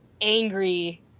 angry